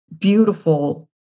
beautiful